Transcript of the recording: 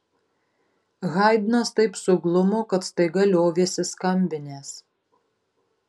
haidnas taip suglumo kad staiga liovėsi skambinęs